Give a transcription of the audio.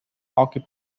hockey